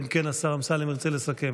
אלא אם כן השר אמסלם ירצה לסכם.